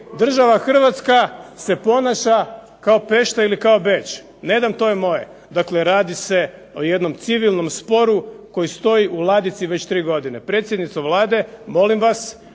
Država Hrvatska se ponaša kao Pešta ili kao Beč. Ne dam, to je moje. Dakle, radi se o jednom civilnom sporu koji stoji u ladici već tri godine. Predsjednice Vlade, molim vas,